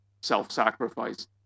self-sacrifice